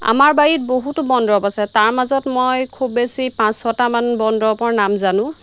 আমাৰ বাৰীত বহুতো বন দৰৱ আছে তাৰ মাজত মই খুব বেছি পাঁচ ছটামান বন দৰৱৰ নাম জানোঁ